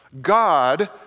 God